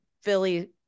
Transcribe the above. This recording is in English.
Philly